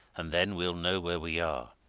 and then we'll know where we are.